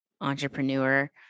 entrepreneur